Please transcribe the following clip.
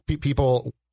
people